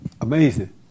Amazing